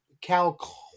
Cal